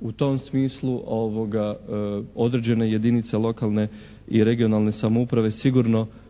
u tom smislu određene jedinice lokalne i regionalne samouprave sigurno